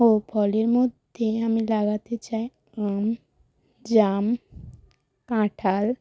ও ফলের মধ্যে আমি লাগাতে চাই আম জাম কাঁঠাল